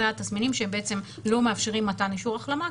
אלה התסמינים שלא מאפשרים מתן אישור החלמה,